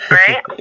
right